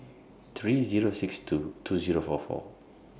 three six Zero two two Zero four four